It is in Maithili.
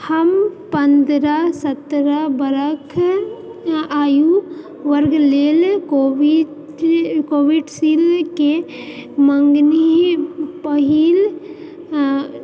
हम पन्द्रह सत्रह बरष आयु वर्गक लेल कोविड कोविशील्ड के मँगनी पहिल